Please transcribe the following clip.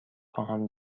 خواهم